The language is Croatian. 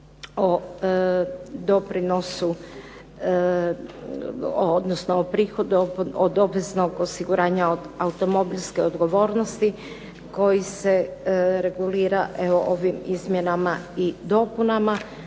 o doprinosu, odnosno o prihodu obveznog osiguranja od automobilske odgovornosti koji se regulira ovim izmjenama i dopunama.